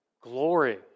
glory